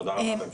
תודה רבה.